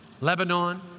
Lebanon